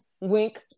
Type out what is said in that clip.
wink